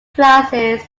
classes